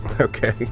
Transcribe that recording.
Okay